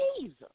Jesus